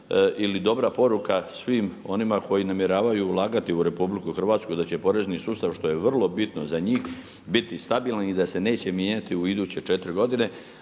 ili dobra poruka svim onima koji namjeravaju ulagati u RH da će porezni sustav što je vrlo bitno za njih biti stabilan i da se neće mijenjati u iduće 4 godine,